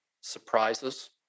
surprises